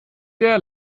der